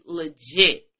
legit